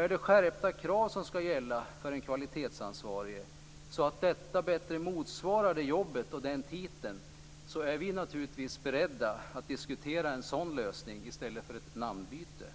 Är det skärpta krav som skall gälla för den kvalitetsansvarige, så att de bättre motsvarar detta jobb och denna titel, så är vi naturligtvis beredda att diskutera en sådan lösning i stället för ett namnbyte.